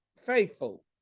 faithful